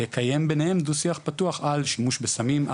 לקיים ביניהם דו שיח פתוח על שימוש בסמים,